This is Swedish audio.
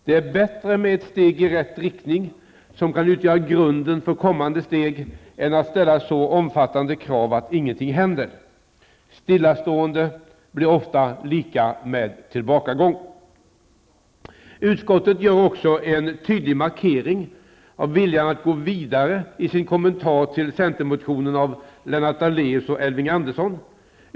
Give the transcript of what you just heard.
Det är bättre med ett steg i rätt riktning, som kan utgöra grunden för kommande steg, än att ställa så omfattande krav att ingenting händer. Stillastående blir då ofta lika med tillbakagång. Utskottet gör en tydlig markering av viljan att gå vidare i sin kommentar till centermotionen av Lennart Daléus och Elving Andersson.